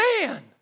Man